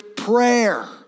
Prayer